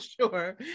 sure